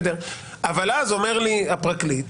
אבל אז אומר לי הפרקליט,